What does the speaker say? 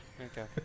Okay